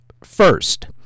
First